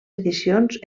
edicions